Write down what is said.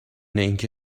اینکه